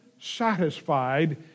satisfied